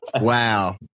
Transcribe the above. Wow